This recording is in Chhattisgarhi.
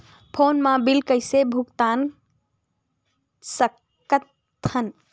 फोन मा बिल कइसे भुक्तान साकत हन?